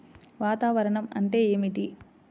వాతావరణం అంటే ఏమిటి?